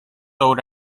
old